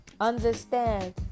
understand